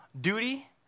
duty